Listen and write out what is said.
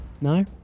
No